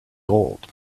gold